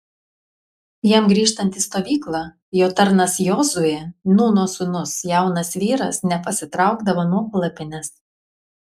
jam grįžtant į stovyklą jo tarnas jozuė nūno sūnus jaunas vyras nepasitraukdavo nuo palapinės